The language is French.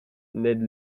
ned